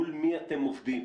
מול מי אתם עובדים?